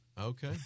Okay